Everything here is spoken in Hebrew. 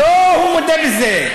לא, הוא מודה בזה.